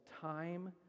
time